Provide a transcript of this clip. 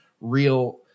real